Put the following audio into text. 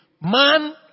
Man